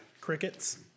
crickets